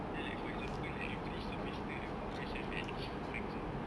you know like for example like every semester I will always have at least four exams